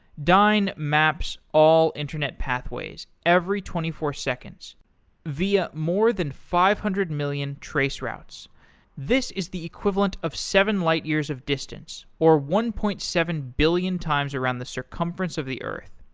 dyn maps all internet pathways every twenty four seconds via more than five hundred million traceroutes. this is the equivalent of seven light years of distance, or one point seven billion times around the circumference of the earth.